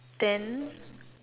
then